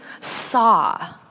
saw